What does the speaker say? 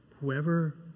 whoever